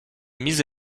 mis